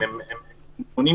גורמת להם הרבה